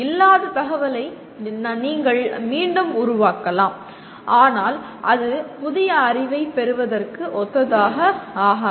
இல்லாத தகவலை நீங்கள் மீண்டும் உருவாக்கலாம் ஆனால் அது புதிய அறிவைப் பெறுவதற்கு ஒத்ததாக ஆகாது